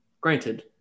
Granted